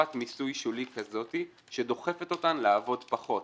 מיסוי שולי כזאת שדוחפת אותן לעבוד פחות.